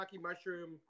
mushroom